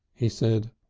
he said,